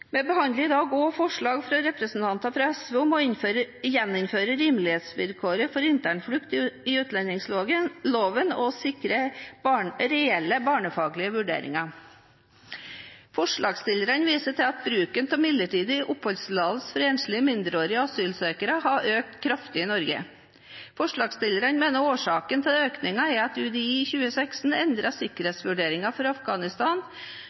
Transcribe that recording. Vi behandler i dag også forslag fra representanter fra SV om å gjeninnføre rimelighetsvilkår for internflukt i utlendingsloven og å sikre reelle barnefaglige vurderinger. Forslagsstillerne viser til at bruken av midlertidig oppholdstillatelse for enslige mindreårige asylsøkere har økt kraftig i Norge. Forslagsstillerne mener årsaken til denne økningen er at UDI i 2016 endret sikkerhetsvurderingene for Afghanistan